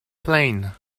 plane